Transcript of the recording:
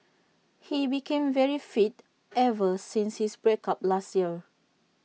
he became very fit ever since his break up last year